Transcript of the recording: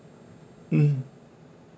mm